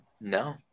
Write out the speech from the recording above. No